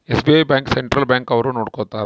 SBI bank central bank ಅವ್ರು ನೊಡ್ಕೋತರ